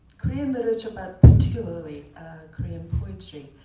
korean literature, but particularly korean poetry.